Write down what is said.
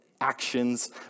actions